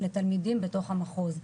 לתלמידים בתוך המחוז.